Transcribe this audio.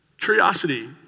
Curiosity